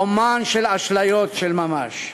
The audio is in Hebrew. אמן של אשליות של ממש.